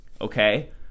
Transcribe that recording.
Okay